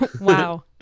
Wow